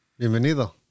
bienvenido